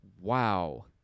wow